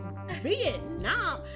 Vietnam